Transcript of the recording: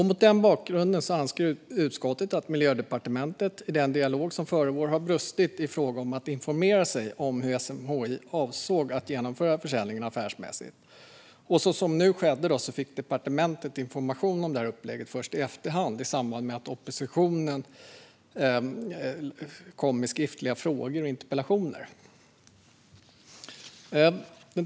Mot den bakgrunden anser utskottet att Miljödepartementet, i den dialog som förevar, har brustit i fråga om att informera sig om hur SMHI avsåg att genomföra försäljningen affärsmässigt. Som nu skedde fick departementet information om upplägget först i efterhand, i samband med att oppositionen kom med skriftliga frågor och interpellationer.